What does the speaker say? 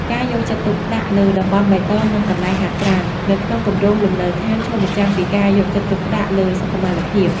ការយកចិត្តទុកដាក់លើ "តំបន់បៃតង" និង "កន្លែងហាត់ប្រាណ" នៅក្នុងគម្រោងលំនៅឋាន ឆ្លុះបញ្ចាំងពីការយកចិត្តទុកដាក់លើសុខុមាលភាព។